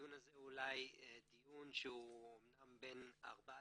הדיון הזה הוא אולי דיון שאמנם הוא בין ארבעה